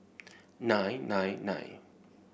nine nine nine